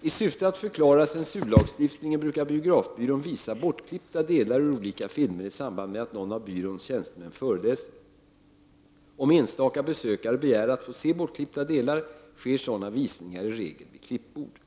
I syfte att förklara censurlagstiftningen brukar biografbyrån visa bortklippta delar ur olika filmer i samband med att någon av byråns tjänstemän föreläser. Om enstaka besökare begär att få se bortklippta delar sker sådana visningar i regel vid klippbord.